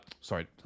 sorry